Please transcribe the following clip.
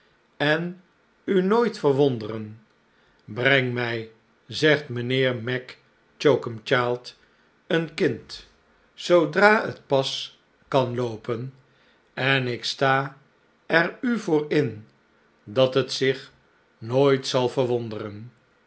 en u nooit verwonderen breng mij zegt mijnheer mac choakumchild een kind zoodra het pas kan loopen en ik sta er u voor in dat het zich nooit zal verwonderen